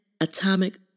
atomic